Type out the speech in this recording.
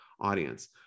audience